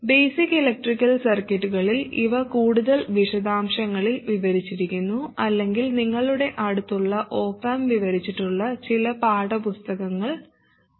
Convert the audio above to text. basic electrical സർക്യൂട്ടുകളിൽ ഇവ കൂടുതൽ വിശദാംശങ്ങളിൽ വിവരിച്ചിരിക്കുന്നു അല്ലെങ്കിൽ നിങ്ങളുടെ അടുത്തുള്ള ഓപ് ആംപ് വിവരിച്ചിട്ടുള്ള ചില പാഠപുസ്തകങ്ങൾ ഉപയോഗിക്കാം